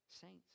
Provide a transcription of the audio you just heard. Saints